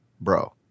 Bro